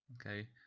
okay